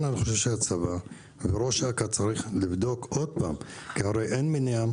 כן אני חושב שהצבא וראש אכ"א צריך לבדוק עוד פעם כי הרי אין מניעה